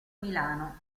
milano